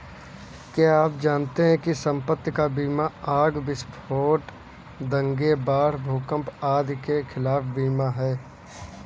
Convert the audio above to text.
क्या आप जानते है संपत्ति का बीमा आग, विस्फोट, दंगे, बाढ़, भूकंप आदि के खिलाफ बीमा है?